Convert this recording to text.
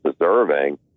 deserving